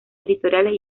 editoriales